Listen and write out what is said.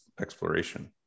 exploration